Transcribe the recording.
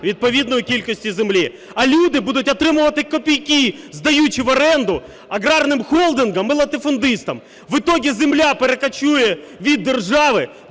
відповідної кількості землі. А люди будуть отримувати копійки, здаючи в оренду аграрним холдингам і латифундистам. В итоге земля перекочує від держави